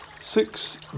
six